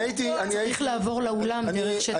צריך לעבור לאולם דרך שטח בית סוהר.